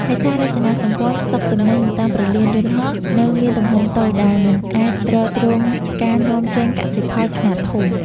ហេដ្ឋារចនាសម្ព័ន្ធស្តុកទំនិញនៅតាមព្រលានយន្តហោះ នៅមានទំហំតូចដែលមិនទាន់អាចទ្រទ្រង់ការនាំចេញកសិផលខ្នាតធំ។